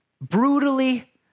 brutally